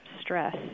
stress